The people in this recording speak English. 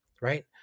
right